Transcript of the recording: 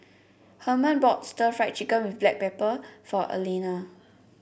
Herman bought stir Fry Chicken with Black Pepper for Alayna